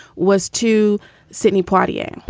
was to sidney poitier.